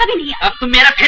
but me ah from agra,